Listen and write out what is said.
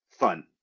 fun